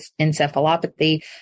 encephalopathy